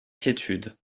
quiétude